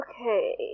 Okay